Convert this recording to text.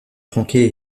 tronqué